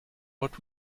what